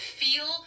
feel